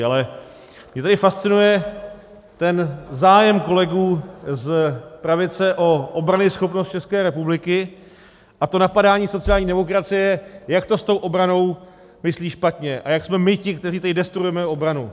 Ale mě tady fascinuje ten zájem kolegů z pravice o obranyschopnost České republiky a to napadání sociální demokracie, jak to s tou obranou myslí špatně a jak jsme my ti, kteří tady destruujeme obranu.